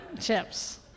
chips